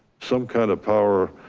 some kind of power,